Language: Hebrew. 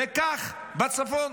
כך בצפון.